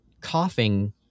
coughing